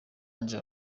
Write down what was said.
angel